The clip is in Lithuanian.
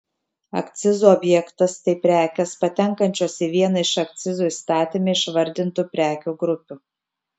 akcizų objektas tai prekės patenkančios į vieną iš akcizų įstatyme išvardintų prekių grupių